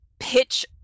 pitch